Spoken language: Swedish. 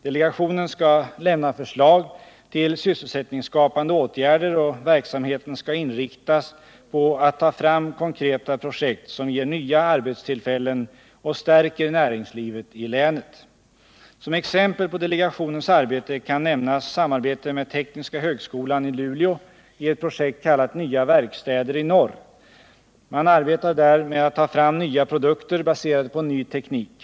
Delegationen skall lämna förslag till sysselsättningsskapande åtgärder, och verksamheten skall inriktas på att ta fram konkreta projekt som ger nya arbetstillfällen och stärker näringslivet i länet. Som exempel på delegationens arbete kan nämnas samarbetet med tekniska högskolan i Luleå i ett projekt kallat Nya verkstäder 163 Nr 45 i norr. Man arbetar där med att ta fram nya produkter baserade på ny teknik.